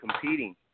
competing